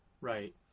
Right